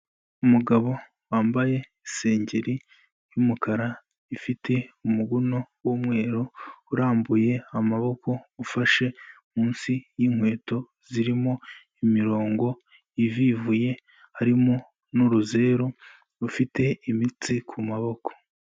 Umugabo wambaye isengeri y'umukara, ifite umuguno w'umweru urambuye amaboko, ufashe munsi y'inkweto zirimo imirongo ivivuye, harimo n'uruzeru rufite imitsi ku maboko.